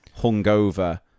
hungover